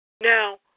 Now